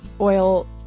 oil